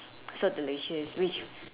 so delicious which